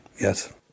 Yes